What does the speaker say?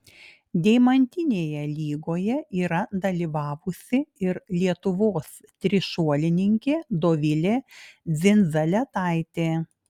deimantinėje lygoje yra dalyvavusi ir lietuvos trišuolininkė dovilė dzindzaletaitė